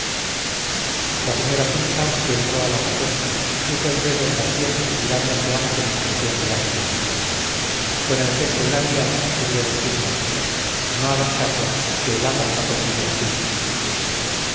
la señora sumta que entró a la sazón puso el dedo en la sien mirando a su amo con expresión de lástima con el gesto y la mirada quería decirme no hagas caso que el amo ha perdido el juicio